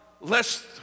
lest